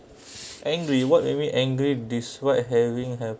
angry what make me angry this what having